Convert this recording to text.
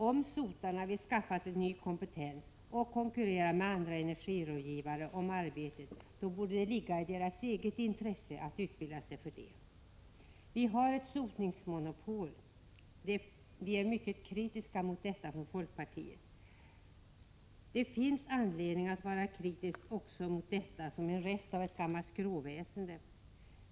Om sotarna vill skaffa sig ny kompetens och konkurrera med andra energirådgivare om arbetet borde det ligga i deras eget intresse att utbilda sig för det. Vi har ett sotningsmonopol. Från folkpartiets sida är vi mycket kritiska mot detta. Det finns anledning att vara kritisk mot sotningsväsendet som en rest av gammalt skråväsende.